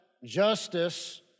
justice